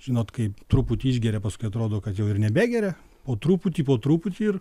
žinot kai truputį išgeria paskui atrodo kad jau ir nebegeria po truputį po truputį ir